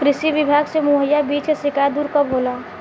कृषि विभाग से मुहैया बीज के शिकायत दुर कब होला?